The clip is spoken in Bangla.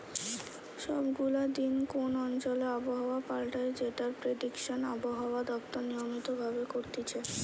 সব গুলা দিন কোন অঞ্চলে আবহাওয়া পাল্টায় যেটার প্রেডিকশন আবহাওয়া দপ্তর নিয়মিত ভাবে করতিছে